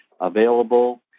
available